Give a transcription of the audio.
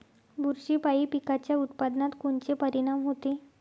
बुरशीपायी पिकाच्या उत्पादनात कोनचे परीनाम होते?